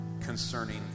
concerning